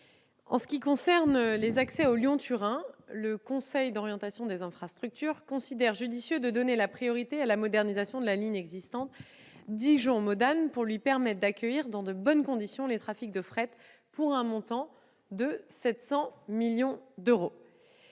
en ce qui concerne les accès au Lyon-Turin, le Conseil d'orientation des infrastructures considère qu'il est judicieux de donner la priorité à la modernisation de la ligne existante Dijon-Modane, afin de lui permettre d'accueillir dans de bonnes conditions les trafics de fret, pour un montant de 700 millions d'euros.